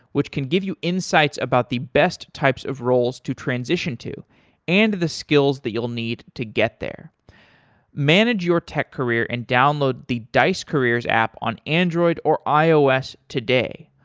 which can give you insights about the best types of roles to transition to and the skills that you'll need to get there manage your tech career and download the dice careers app on android or ios today.